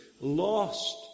lost